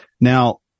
Now